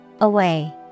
Away